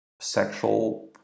sexual